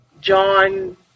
John